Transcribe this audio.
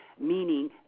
meaning